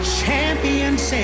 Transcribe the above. champions